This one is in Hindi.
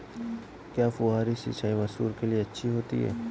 क्या फुहारी सिंचाई मसूर के लिए अच्छी होती है?